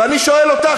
ואני שואל אותך,